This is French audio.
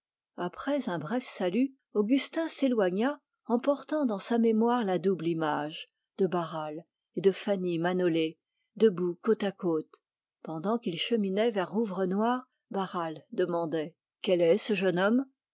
après un bref salut augustin s'éloigna emportant dans sa mémoire la double image de barral et de fanny manolé debout côte à côte pendant qu'il cheminait vers rouvrenoir barral demandait quel est ce jeune homme